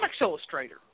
illustrator